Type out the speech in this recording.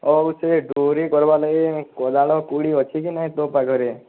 ହଉ ସେ ଡ଼ୁରି କରିବାର ଲାଗି କୋଦାଳ କୁଡ଼ି ଅଛି କି ନାହିଁ ତୋ ପାଖରେ